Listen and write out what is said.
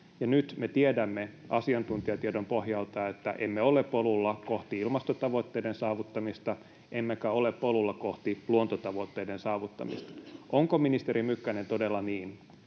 Nyt me tiedämme asiantuntijatiedon pohjalta, että emme ole polulla kohti ilmastotavoitteiden saavuttamista, emmekä ole polulla kohti luontotavoitteiden saavuttamista. Onko, ministeri Mykkänen, todella niin,